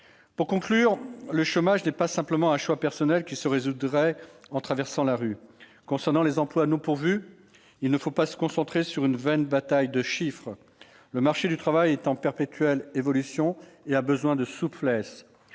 Pour conclure, le chômage n'est pas simplement un choix personnel qui se résoudrait en traversant la rue. Concernant les emplois non pourvus, il ne faut pas se concentrer sur une vaine bataille de chiffres. Le marché du travail est en perpétuelle évolution et a besoin de souplesse.